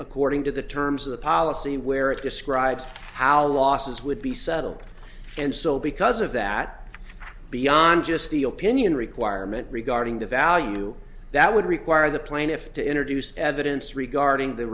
according to the terms of the policy where it describes how losses would be settled and so because of that beyond just the opinion requirement regarding the value that would require the plaintiff to introduce evidence regarding the